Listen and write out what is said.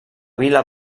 vila